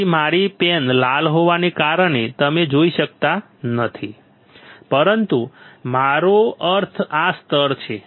તેથી મારી પેન લાલ હોવાને કારણે તમે જોઈ શકતા નથી પરંતુ મારો અર્થ આ સ્તર છે